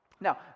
Now